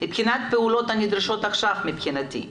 הפעולות הנדרשות עכשיו מבחינתי: